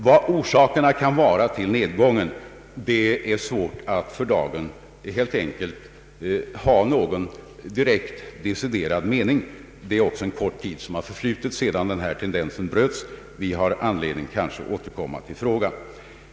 Det är svårt att för dagen ha någon deciderad mening om orsakerna till nedgången beträffande receptskrivningen. Det har förflutit en mycket kort tid sedan den här tendensen beträffande apotekens omsättning bröts, och vi får kanske anledning att återkomma till frågan.